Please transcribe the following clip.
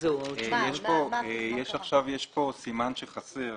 יש כאן סימן שחסר.